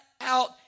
out